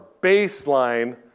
baseline